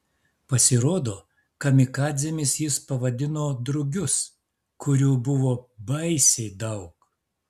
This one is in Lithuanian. pasirodo kamikadzėmis jis pavadino drugius kurių buvo baisiai daug